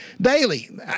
daily